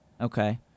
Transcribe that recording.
Okay